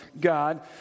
God